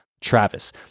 Travis